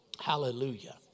Hallelujah